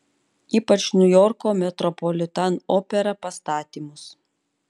ypač niujorko metropolitan opera pastatymus